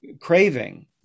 craving –